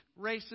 racist